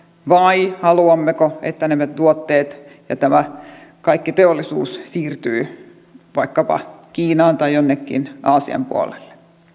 vai haluammeko että nämä tuotteet ja tämä kaikki teollisuus siirtyy vaikkapa kiinaan tai jonnekin aasian puolelle